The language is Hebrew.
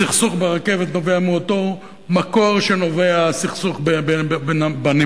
הסכסוך ברכבת נובע מאותו מקור שממנו נובע הסכסוך בנמלים,